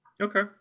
Okay